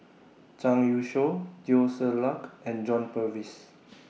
Zhang Youshuo Teo Ser Luck and John Purvis